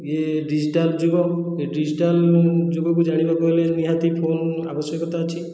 ଇଏ ଡିଜିଟାଲ ଯୁଗ ଇଏ ଡିଜିଟାଲ ଯୁଗକୁ ଜାଣିବାକୁ ହେଲେ ନିହାତି ଫୋନ ଆବଶ୍ୟକତା ଅଛି